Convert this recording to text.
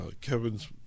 Kevin's